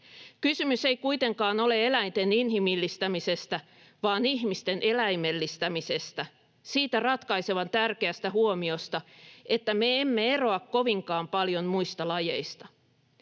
Kysymys ei kuitenkaan ole eläinten inhimillistämisestä, vaan ihmisten eläimellistämisestä, siitä ratkaisevan tärkeästä huomiosta, että me emme eroa kovinkaan paljon muista lajeista.